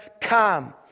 come